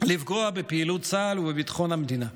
לפגוע בפעילות צה"ל ובביטחון המדינה.